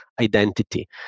identity